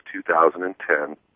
2010